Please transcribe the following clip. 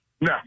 No